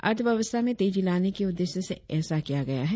अर्थव्यवस्था में तेजी लाने के उद्देश्य से ऐसा किया गया है